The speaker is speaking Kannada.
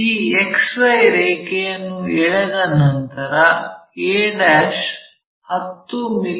ಈ XY ರೇಖೆಯನ್ನು ಎಳೆದ ನಂತರ a 10 ಮಿ